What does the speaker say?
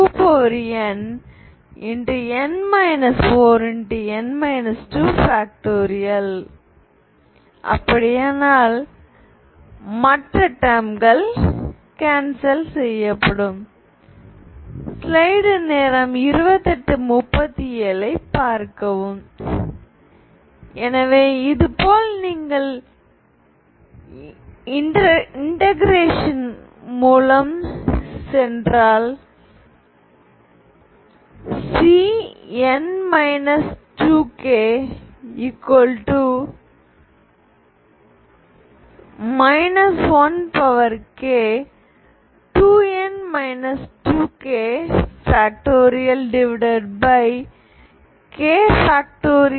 ∵மற்ற டேர்ம்கள் கேன்சல் செய்யப்படும் எனவே இது போல் நீங்கள் இண்டக்க்ஷன் மூலம் சென்றால் Cn 2k 1k2n 2k